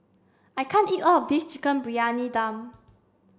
I can't eat all of this Chicken Briyani Dum